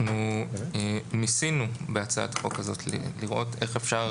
אנחנו ניסינו בהצעת החוק הזאת לראות איך אפשר